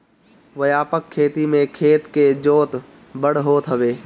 व्यापक खेती में खेत के जोत बड़ होत हवे